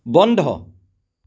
বন্ধ